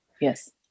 Yes